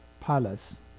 palace